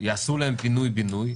יעשו להם פינוי-בינוי,